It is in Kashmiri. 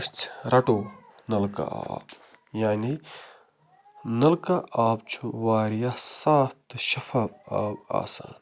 أسۍ رَٹو نَلکہٕ آب یعنی نَلکہٕ آب چھُ واریاہ صاف تہٕ شفاف آب آسان